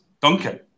Duncan